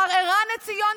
מר ערן עציון,